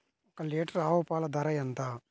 ఒక్క లీటర్ ఆవు పాల ధర ఎంత?